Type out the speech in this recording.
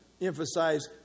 emphasize